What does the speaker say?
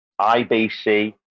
IBC